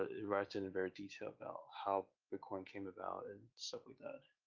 writes in a very detail about how bitcoin came about and stuff like that.